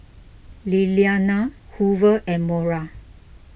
Lilianna Hoover and Mora